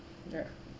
ya